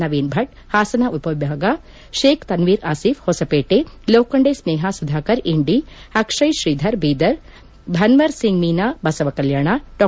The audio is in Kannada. ನವೀನ್ ಭಟ್ ಹಾಸನ ಉಪ ವಿಭಾಗ ಶೇಕ್ ತನ್ವೀರ್ ಆಸೀಫ್ ಹೊಸಪೇಟೆ ಲೋಕಂಡೆ ಸ್ನೇಹ ಸುಧಾಕರ್ ಇಂಡಿ ಅಕ್ಷಯ್ ಶ್ರೀಧರ್ ಬೀದರ್ ಭನ್ನರ್ ಸಿಂಗ್ ಮೀನಾ ಬಸವ ಕಲ್ಯಾಣ ಡಾ